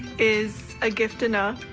is a gift enough.